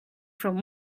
from